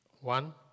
one